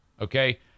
okay